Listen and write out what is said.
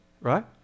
right